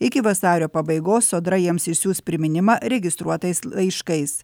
iki vasario pabaigos sodra jiems išsiųs priminimą registruotais laiškais